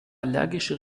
allergische